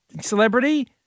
celebrity